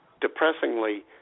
depressingly